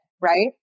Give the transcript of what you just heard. Right